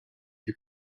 you